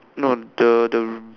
no the the